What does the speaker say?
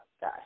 guy